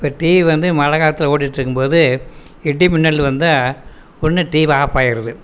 இப்போ டிவி வந்து மழை காலத்தில் ஓடிட்டிருக்கும்போது இடி மின்னல் வந்தால் உடனே டிவி ஆஃப் ஆகிடுது